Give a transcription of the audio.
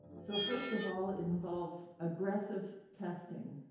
so first of all, it involves aggressive testing,